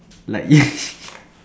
like yes